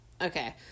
Okay